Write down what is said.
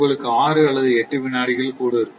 உங்களுக்கு ஆறு அல்லது எட்டு வினாடிகள் கூட இருக்கும்